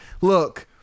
look